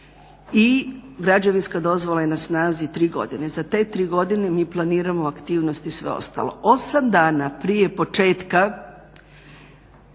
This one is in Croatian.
i građevinska dozvola je na snazi 3 godine. Za te 3 godine mi planiramo aktivnosti i sve ostalo. 8 dana prije početka